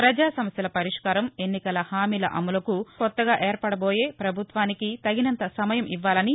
ప్రజా సమస్యల పరిష్కారం ఎన్నికల హామీల అమలుకు కొత్తగా ఏర్పడబోయే ప్రభుత్వానికి తగినంత సమయం ఇవ్వాలని